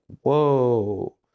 Whoa